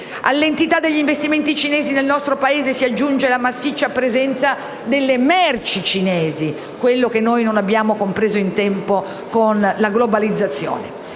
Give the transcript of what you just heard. All'entità degli investimenti cinesi nel nostro Paese si aggiunge la massiccia presenza delle merci cinesi. Non abbiamo compreso in tempo cosa sarebbe